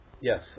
Yes